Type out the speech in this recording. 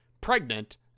pregnant